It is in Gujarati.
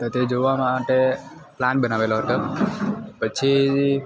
તો તે જોવા માટે પ્લાન બનાવેલો હતો પછી